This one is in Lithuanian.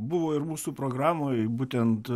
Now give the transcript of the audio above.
buvo ir mūsų programoj būtent